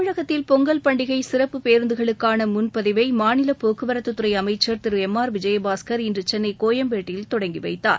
தமிழகத்தில் பொங்கல் பண்டிகை சிறப்பு பேருந்துகளுக்கான முன்பதிவை மாநில போக்குவரத்துத்துறை அமைச்சர் திரு எம் ஆர் விஜயபாஸ்கர் இன்று சென்னை கோயம்பேட்டில் தொடங்கிவைத்தார்